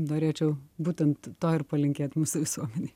norėčiau būtent to ir palinkėt mūsų visuomenei